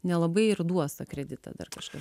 nelabai ir duos tą kreditą dar kažka